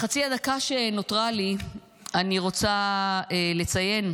בחצי הדקה שנותרה לי אני רוצה לציין: